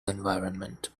environment